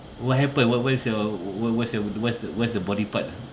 what happened what what's your what what's your what's the what's the body part ah